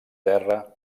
terra